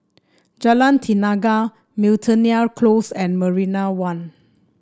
Jalan Tenaga Miltonia Close and Marina One